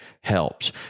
helps